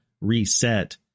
reset